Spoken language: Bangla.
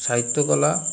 সাহিত্যকলা